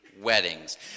weddings